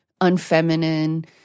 unfeminine